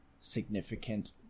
significant